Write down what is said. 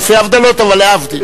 לא אלפי הבדלות אבל, להבדיל.